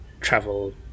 travel